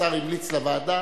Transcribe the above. השר המליץ לוועדה,